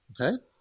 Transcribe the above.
Okay